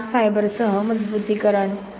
glass fibre सह मजबुतीकरण